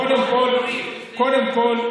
קודם כול,